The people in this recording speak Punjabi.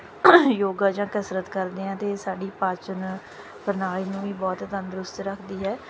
ਯੋਗਾ ਜਾਂ ਕਸਰਤ ਕਰਦੇ ਹਾਂ ਤਾਂ ਇਹ ਸਾਡੀ ਪਾਚਨ ਪ੍ਰਣਾਲੀ ਨੂੰ ਵੀ ਬਹੁਤ ਤੰਦਰੁਸਤ ਰੱਖਦੀ ਹੈ